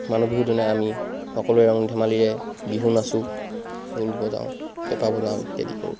মানুহ বিহু দিনা আমি সকলোৱে ৰং ধেমালিৰে বিহু নাচোঁ ঢোল বজাওঁ পেঁপা বজাওঁ ইত্যাদি কৰোঁ